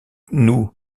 noue